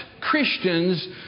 Christians